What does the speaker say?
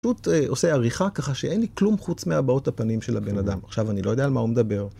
פשוט עושה עריכה ככה שאין לי כלום חוץ מהבעות הפנים של הבן אדם, עכשיו אני לא יודע על מה הוא מדבר